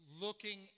looking